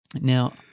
now